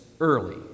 early